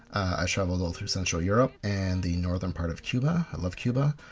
i travelled all through central europe and the northern part of cuba. love cuba.